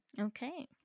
Okay